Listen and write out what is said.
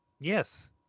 Yes